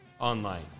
online